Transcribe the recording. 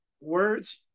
words